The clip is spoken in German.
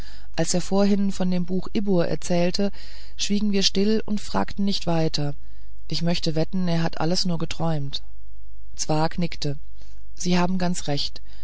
als er vorhin von dem buche ibbur erzählte schwiegen wir still und fragten nicht weiter ich möchte wetten er hat alles nur geträumt zwakh nickte sie haben ganz recht